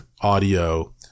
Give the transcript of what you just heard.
audio